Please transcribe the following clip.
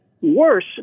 worse